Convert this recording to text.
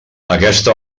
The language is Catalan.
aquesta